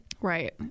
Right